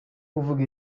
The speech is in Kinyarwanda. kuvuga